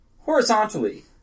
horizontally